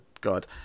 god